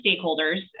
stakeholders